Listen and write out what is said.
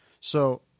So-